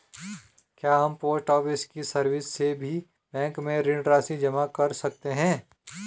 क्या हम post office की सर्विस से भी बैंक में ऋण राशि जमा कर सकते हैं?